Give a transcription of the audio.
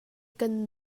kan